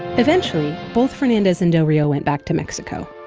eventually, both fernandez and dario went back to mexico